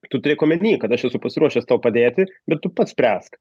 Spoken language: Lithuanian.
tu turėk omeny kad aš esu pasiruošęs tau padėti bet tu pats spręsk